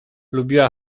lubiła